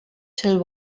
till